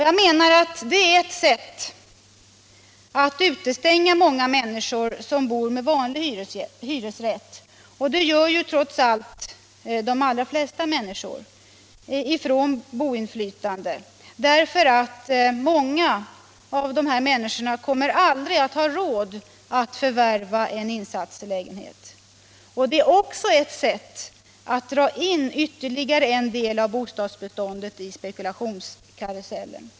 Jag menar att det är ett sätt att utestänga många människor som bor med vanlig hyresrätt — och det gör trots allt de allra flesta människorna — från boinflytande därför att många av dem aldrig kommer att ha råd att förvärva en insatslägenhet. Det är också ett sätt att dra in ytterligare en del av bostadsbeståndet i spekulationskarusellen.